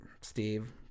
Steve